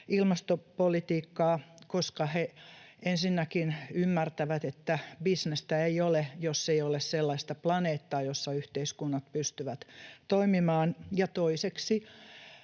ilmastopolitiikkaa, koska he ensinnäkin ymmärtävät, että bisnestä ei ole, jos ei ole sellaista planeettaa, jossa yhteiskunnat pystyvät toimimaan, ja toiseksi,